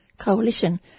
Coalition